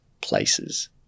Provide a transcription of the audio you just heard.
places